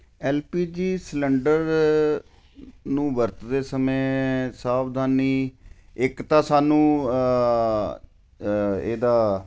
LPG cylinder ਨੂੰ ਵਰਤਦੇ ਸਮੇਂ ਸਾਵਧਾਨੀ ਇੱਕ ਤਾਂ ਸਾਨੂੰ ਇਹਦਾ